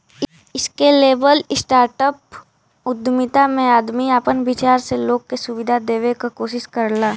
scalable startup उद्यमिता में आदमी आपन विचार से लोग के सुविधा देवे क कोशिश करला